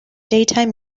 daytime